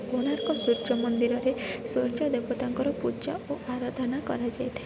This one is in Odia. କୋଣାର୍କ ସୂର୍ଯ୍ୟ ମନ୍ଦିରରେ ସୂର୍ଯ୍ୟ ଦେବତାଙ୍କର ପୂଜା ଓ ଆରାଧନା କରାଯାଇଥାଏ